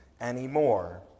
anymore